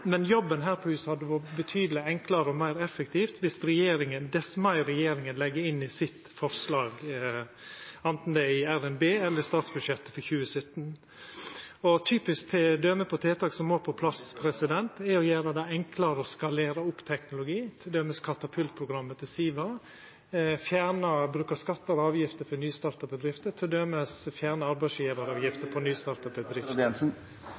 jobben her på huset vert betydeleg enklare og meir effektiv dess meir regjeringa legg inn i sine forslag, anten det er i RNB eller statsbudsjettet for 2017. Eit typisk døme på tiltak som må på plass, er å gjera det enklare å skalera opp teknologi, t.d. Norsk Katapult-programmet til Siva, å fjerna skattar og avgifter til nystarta bedrifter